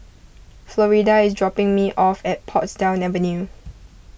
Florida is dropping me off at Portsdown Avenue